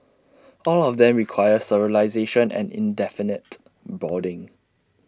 all of them require sterilisation and indefinite boarding